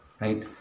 right